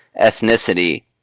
ethnicity